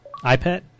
iPad